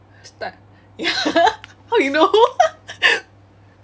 start ya how you know